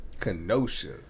kenosha